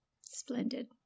Splendid